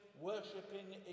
worshipping